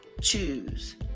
choose